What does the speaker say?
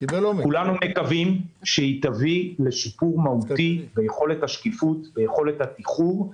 כולנו מקווים שהיא תביא לשיפור משמעותי ביכולת השקיפות וביכולת התיחור.